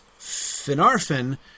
Finarfin